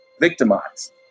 victimized